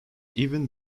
even